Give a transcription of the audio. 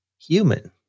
human